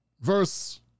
verse